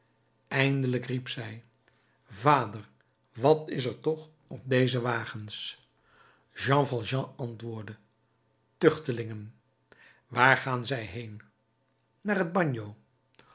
eindelijk riep zij vader wat is er toch op deze wagens jean valjean antwoordde tuchtelingen waar gaan zij heen naar het